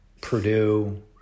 Purdue